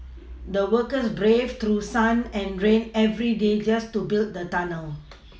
the workers braved through sun and rain every day just to build the tunnel